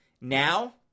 now